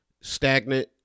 stagnant